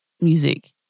music